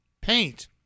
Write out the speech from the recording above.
paint